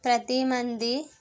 ప్రతి మంది